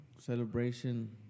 Celebration